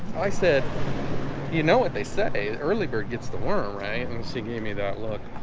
i said you know what they say early bird gets the worm right and she gave me that look